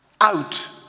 out